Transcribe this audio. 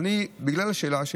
בגלל השאלה,